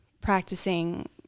practicing